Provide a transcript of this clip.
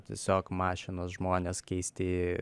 tiesiog mašinos žmonės keisti